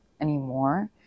anymore